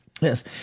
Yes